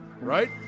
Right